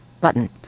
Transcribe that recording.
button